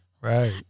Right